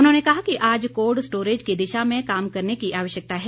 उन्होंने कहा कि आज कोल्ड स्टोरेज की दिशा में काम करने की आवश्यकता है